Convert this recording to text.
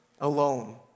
alone